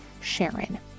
SHARON